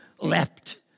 leapt